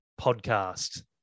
podcast